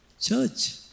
church